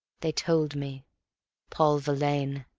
they told me paul verlaine.